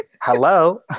hello